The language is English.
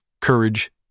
courage